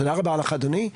תודה רבה לך אדוני.